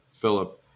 Philip